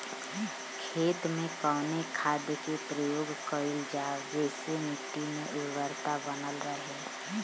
खेत में कवने खाद्य के प्रयोग कइल जाव जेसे मिट्टी के उर्वरता बनल रहे?